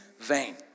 vain